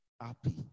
happy